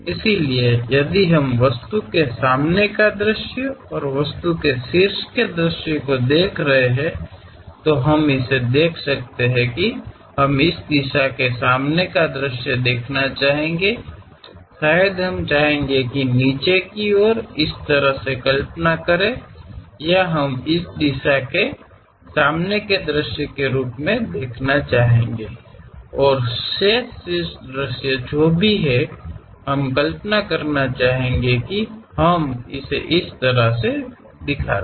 ಮತ್ತು ಅಲ್ಲಿ ಬಾಣದ ದಿಕ್ಕನ್ನು ಗಮನಿಸಿ ನಾವು ವಸ್ತುವಿನ ಮುಂಭಾಗದ ನೋಟ ಮತ್ತು ವಸ್ತುವಿನ ಮೇಲಿನ ನೋಟವನ್ನು ನೋಡುತ್ತಿದ್ದರೆ ನಾವು ಅದನ್ನು ನೋಡಬಹುದು ನಾವು ಈ ದಿಕ್ಕಿನಲ್ಲಿ ಮುಂಭಾಗದ ನೋಟವನ್ನು ವೀಕ್ಷಿಸಲು ಬಯಸುತ್ತೇವೆ ಬಹುಶಃ ನಾವು ಕೆಳಗಿನಿಂದ ಒಂದು ರೀತಿಯಲ್ಲಿ ದೃಶ್ಯೀಕರಿಸಲು ಬಯಸುತ್ತೇವೆ ಅಥವಾ ಈ ದಿಕ್ಕಿನಿಂದ ಮುಂಭಾಗದ ನೋಟವಾಗಿ ವೀಕ್ಷಿಸಲು ನಾವು ಬಯಸುತ್ತೇವೆ ಮತ್ತು ಉಳಿದಿರುವ ಉನ್ನತ ನೋಟವನ್ನು ನಾವು ದೃಶ್ಯೀಕರಿಸಲು ಬಯಸುತ್ತೇವೆ ಅದನ್ನು ಆ ರೀತಿಯಲ್ಲಿ ತೋರಿಸಬೇಕು